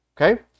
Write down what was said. Okay